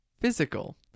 physical